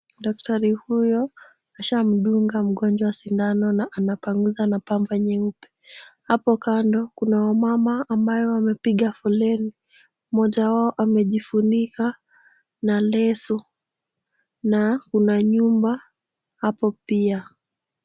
Daktari huyo ashamdunga mgonjwa sindano na anapanguza na pampa nyeupe. Hapo kando, kuna wamama ambayo wamepiga foleni. Mmoja wao amejifunika na leso, na kuna nyumba hapo pia.